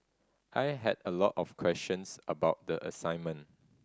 I had a lot of questions about the assignment